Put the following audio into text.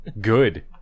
Good